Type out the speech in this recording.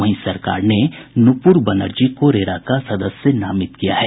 वहीं सरकार ने नुपूर बनर्जी को रेरा का सदस्य नामित किया है